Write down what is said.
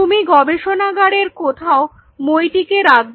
তুমি গবেষণাগারের কোথাও মইটিকে রাখবে